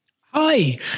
Hi